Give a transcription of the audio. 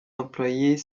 employés